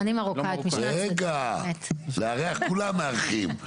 רגע, כולם מארחים.